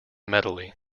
medley